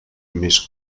més